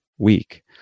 week